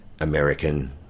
American